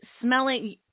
smelling